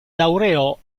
laureò